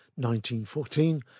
1914